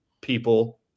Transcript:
people